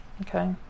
okay